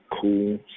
Cool